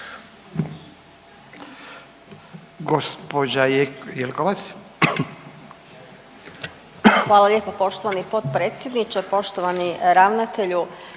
Gospođa Jelkovac.